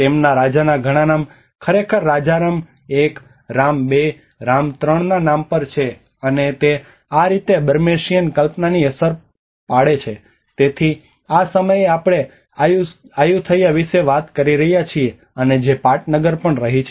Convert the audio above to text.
તેમના રાજાના ઘણા નામ ખરેખર રાજા રામ 1 રામ 2 રામ 3 ના નામ પર છે અને તે આ રીતે બર્મેશીયન કલ્પનાની પણ અસર પડે છે તેથી આ સમયે આપણે આયુથૈયા વિશે વાત કરી રહ્યા છીએ અને જે પાટનગર પણ રહી છે